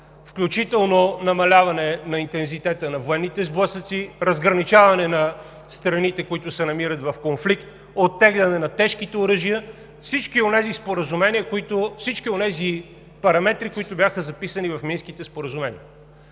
включително намаляване на интензитета на военните сблъсъци, разграничаване на страните, които се намират в конфликт, оттегляне на тежките оръжия – всички онези параметри, които бяха записани в Минските споразумения.